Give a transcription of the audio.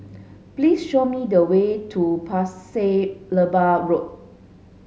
please show me the way to Pasir Laba Road